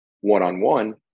one-on-one